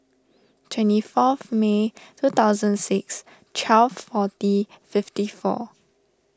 twenty fourth May two thousand six twelve forty fifty four